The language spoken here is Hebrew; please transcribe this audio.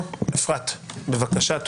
בבקשה.